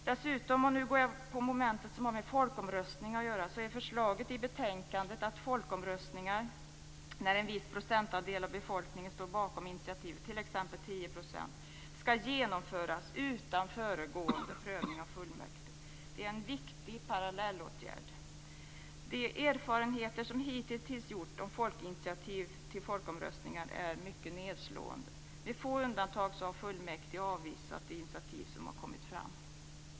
Dessutom, och nu går jag in på det moment som har med folkomröstning att göra, är förslaget i betänkandet att folkomröstning - när en viss procentandel av befolkningen står bakom ett sådant initiativ, t.ex. 10 %- skall genomföras utan föregående prövning av fullmäktige. Det är en viktig parallellåtgärd. De erfarenheter som hittills gjorts vad gäller folkinitiativ till folkomröstningar är mycket nedslående. Med få undantag har fullmäktige avvisat de initiativ som kommit fram.